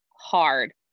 hard